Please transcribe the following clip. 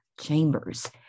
Chambers